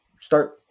start